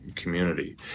Community